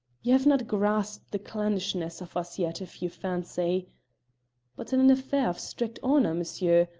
you have not grasped the clannishness of us yet if you fancy but in an affair of strict honour, monsieur,